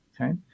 okay